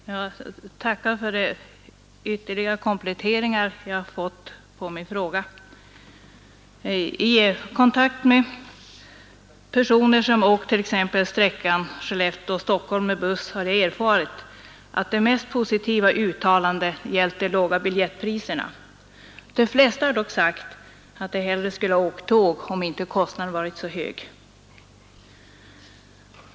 Herr talman! Jag tackar för de ytterligare kompletteringar jag fått med anledning av min fråga. Vid kontakter med personer som åkt t.ex. sträckan Skellefteå — Stockholm med buss har jag erfarit att de mest positiva uttalandena gällt de låga biljettpriserna. De flesta har dock sagt att de hellre skulle ha åkt tåg, om inte kostnaderna varit så höga.